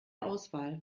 auswahl